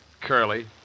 curly